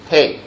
Hey